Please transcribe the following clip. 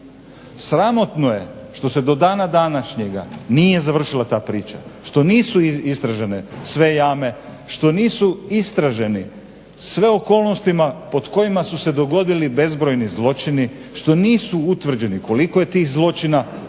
Sramotno je što se do dana današnjega nije završila ta priča, što nisu istražene sve jame, što nisu istražene sve okolnosti pod kojima su se dogodili bezbrojni zločini, što nisu utvrđeni koliko je tih zločina,